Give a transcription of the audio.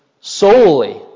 solely